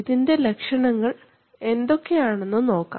ഇതിൻറെ ലക്ഷണങ്ങൾ എന്തൊക്കെയാണെന്നു നോക്കാം